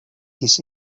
his